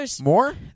more